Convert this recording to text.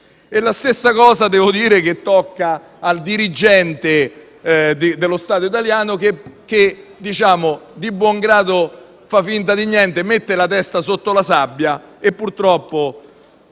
La stessa cosa - devo dire - tocca al dirigente dello Stato italiano che di buon grado fa finta di niente, mette la testa sotto la sabbia e purtroppo